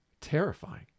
terrifying